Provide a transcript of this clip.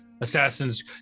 Assassins